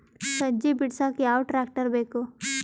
ಸಜ್ಜಿ ಬಿಡಸಕ ಯಾವ್ ಟ್ರ್ಯಾಕ್ಟರ್ ಬೇಕು?